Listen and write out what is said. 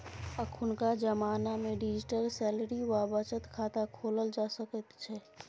अखुनका जमानामे digital salary वा बचत खाता खोलल जा सकैत छै